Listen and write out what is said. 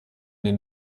den